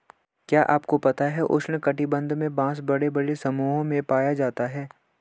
क्या आपको पता है उष्ण कटिबंध में बाँस बड़े बड़े समूहों में पाया जाता है?